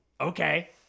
Okay